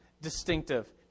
distinctive